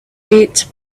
bit